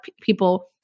people